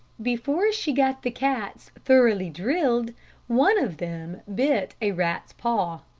before she got the cats thoroughly drilled one of them bit a rat's paw.